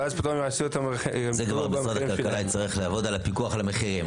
ויעשו אותם- -- זה משרד הכלכלה יצטרך לעבוד על הפיקוח על המחירים.